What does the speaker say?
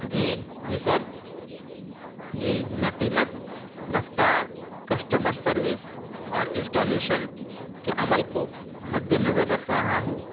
جی جی سر جی میں قیمت رفتار کشٹمر سروس اور انسٹالیشن کے عمل کو مد نظر رکھ رہا ہوں